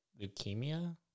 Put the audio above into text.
leukemia